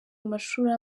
amashuri